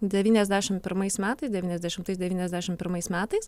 devyniasdešim pirmais metais devyniasdešimtais devyniasdešim pirmais metais